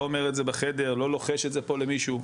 אומר את זה בחדר לא לוחש את זה פה למישהו,